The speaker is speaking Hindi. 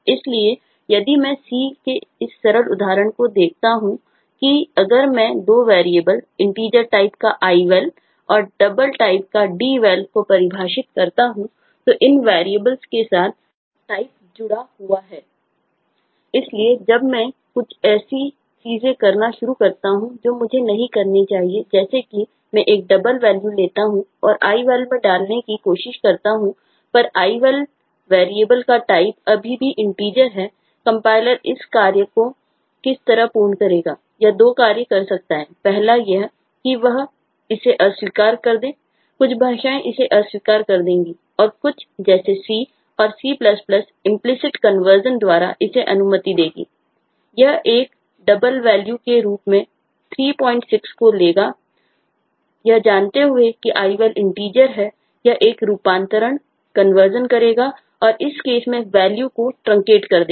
इसलिए जब मैं कुछ ऐसी चीजें करना शुरू करता हूं जो मुझे नहीं करनी चाहिए जैसे मैं एक डबल वैल्यू कर देगा